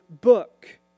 book